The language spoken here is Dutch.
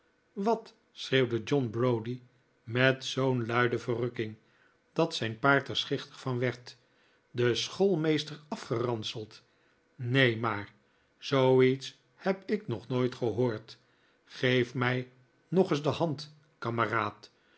wat schreeuwde john browdie met zoo'n luide verrukking dat zijn paard er schichtig van werd den schoolmeester afgeranseld neen maar zooiets heb ik nog nooit gehoord geef mij nog eens de hand